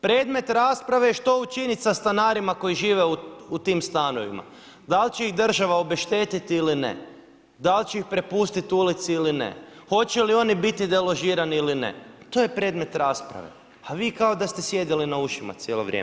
Predmet rasprave je što učiniti sa stanarima koji žive u tim stanovima, dal će ih država obeštetiti ili ne, dal će ih prepustiti ulici ili ne, hoće li oni biti deložirani ili ne, to je predmet rasprave, a vi kao da ste sjedili na ušima cijelo vrijeme.